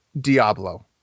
Diablo